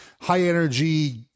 high-energy